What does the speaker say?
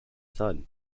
son